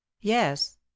yes